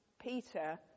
Peter